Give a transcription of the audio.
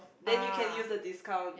then you can use the discount